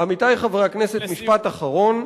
עמיתי חברי הכנסת, משפט אחרון.